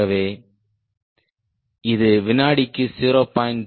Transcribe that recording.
ஆகவே இது வினாடிக்கு 0